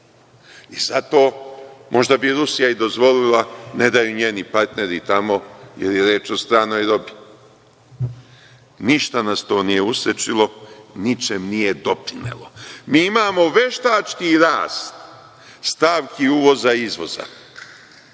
I, zato, možda bi Rusija i dozvolila, ne daju njeni partneri tamo, jer je reč o stranoj robi. Ništa nas to nije usrećilo, ničem nije doprinelo. Mi imamo veštački rast stavki uvoza i izvoza.